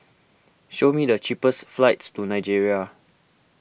show me the cheapest flights to Nigeria